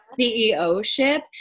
CEO-ship